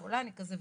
גולני זה וזה.